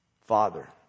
Father